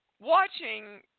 watching